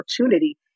opportunity